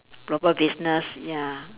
proper business yeah